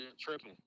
tripping